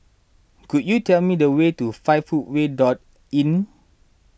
could you tell me the way to five Footway dot Inn